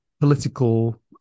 political